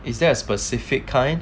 is there a specific kind